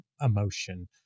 emotion